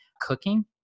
cooking